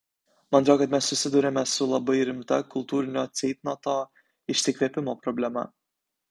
man atrodo kad mes susiduriame su labai rimta kultūrinio ceitnoto išsikvėpimo problema